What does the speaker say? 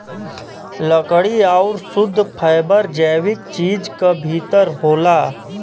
लकड़ी आउर शुद्ध फैबर जैविक चीज क भितर होला